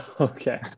Okay